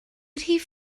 rhif